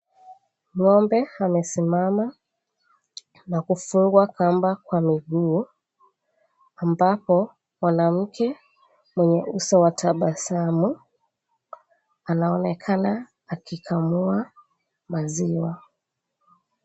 Ng'ombe amesimama na kusongwa kamba Kwa {cs}miguo{cs} ambapo mwanamke mwenye uso wa tabasamu anaonekana akikamua maziwa.